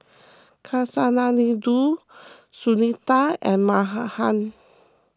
Kasinadhuni Sunita and